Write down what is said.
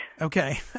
Okay